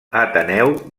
ateneu